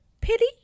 Pity